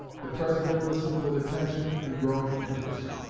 the president listened with attention and growing interest.